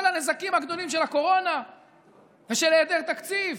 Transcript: הנזקים הגדולים של הקורונה ושל היעדר תקציב,